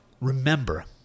remember